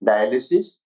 Dialysis